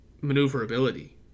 maneuverability